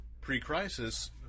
pre-crisis